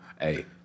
Hey